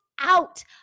out